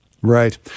Right